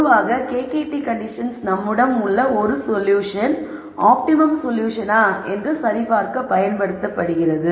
பொதுவாக KKT conditions நம்மிடம் உள்ள ஒரு சொல்யூஷன் ஆப்டிமம் சொல்யூஷனா என்று சரிபார்க்கப் பயன்படுகிறது